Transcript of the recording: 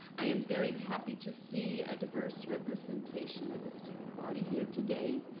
i am very happy to see a diverse representation of the student body here today.